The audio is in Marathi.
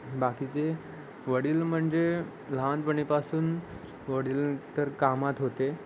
बाकीचे वडील म्हणजे लहानपणीपासून वडील तर कामात होते